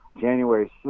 January